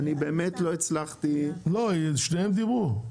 אני באמת לא הצלחתי --- לא, שניהם דיברו.